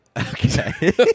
Okay